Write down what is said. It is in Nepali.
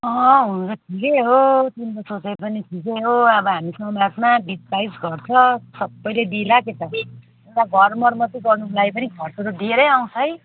हुनु त ठिकै हो तिम्रो सोचाई पनि ठिकै हो अब हामी समाजमा बिस बाइस घर छ सबैले देला के त घर मरमत गर्नुलाई पनि खर्च त धेरै आउँछ है